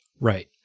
Right